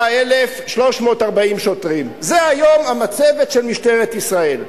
28,340 שוטרים, זה היום המצבת של משטרת ישראל.